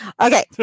Okay